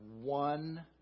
one